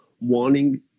wanting